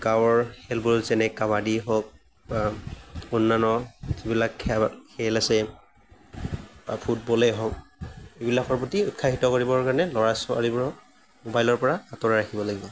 গাঁৱৰ খেলবোৰ যেনে কাবাডী হওক বা অন্যান্য যিবিলাক খেল খেল আছে বা ফুটবলেই হওক সেইবিলাকৰ প্ৰতি উৎসাহিত কৰিবৰ কাৰণে ল'ৰা ছোৱালীবোৰক মোবাইলৰ পৰা আতঁৰাই ৰাখিব লাগিব